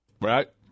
Right